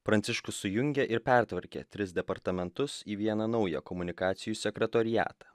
pranciškus sujungė ir pertvarkė tris departamentus į vieną naują komunikacijų sekretoriatą